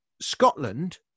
Scotland